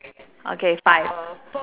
okay five